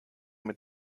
mit